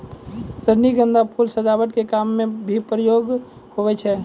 रजनीगंधा फूल सजावट के काम मे भी प्रयोग हुवै छै